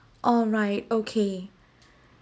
alright okay